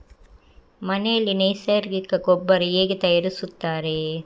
ಮನೆಯಲ್ಲಿ ನೈಸರ್ಗಿಕ ಗೊಬ್ಬರ ಹೇಗೆ ತಯಾರಿಸುತ್ತಾರೆ?